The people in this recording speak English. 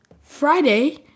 Friday